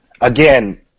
again